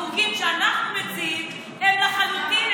בחוקים שאנחנו מציעים הם לחלוטין,